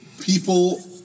People